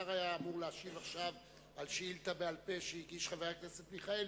השר היה אמור להשיב עכשיו על שאילתא בעל-פה של חבר הכנסת מיכאלי.